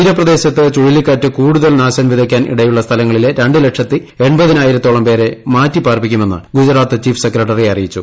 തീരപ്രദേശത്ത് പ്പുഴലിക്കാറ്റ് കൂടുതൽ നാശം വിതയ്ക്കാൻ ഇടയുളള സമല്ലങ്ങളിലെ രണ്ട് ലക്ഷത്തി എൺപതിനായിരത്തോളം പേളരി പ്രമാറ്റിപ്പാർപ്പിക്കുമെന്ന് ഗുജറാത്ത് ചീഫ് സെക്രട്ടറി അറിയിച്ചു